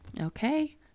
Okay